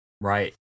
Right